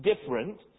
different